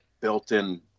built-in